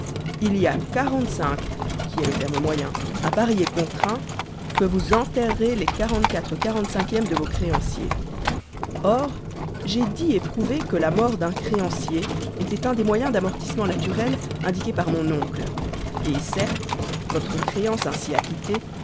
il y a quarante-cinq qui est le terme moyen à parier contre un que vous enterrerez les quarante-quatre quarante cinquièmes de vos créanciers or j'ai dit et prouvé que la mort d'un créancier était un des moyens d'amortissement naturels indiqués par mon oncle et certes votre créance ainsi acquittée